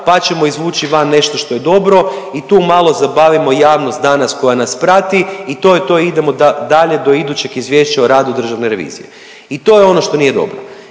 pa ćemo izvući van nešto što je dobro i tu malo zabavimo javnost danas koja nas prati i to je to, idemo dalje do idućeg izvješća o radu državne revizije. I to je ono što nije dobro.